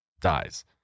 dies